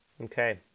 Okay